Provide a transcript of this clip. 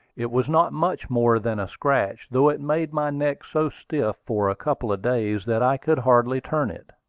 it was not much more than a scratch, though it made my neck so stiff for a couple of days that i could hardly turn it.